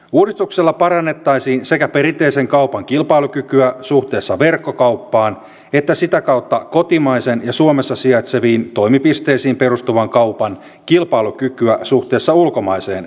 uudistuksella parannettaisiin sekä perinteisen kaupan kilpailukykyä suhteessa verkkokauppaan että sitä kautta kotimaisen ja suomessa sijaitseviin toimipisteisiin perustuvan kaupan kilpailukykyä suhteessa ulkomaiseen verkkokauppaan